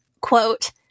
quote